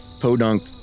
podunk